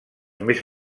més